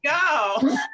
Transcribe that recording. go